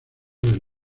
del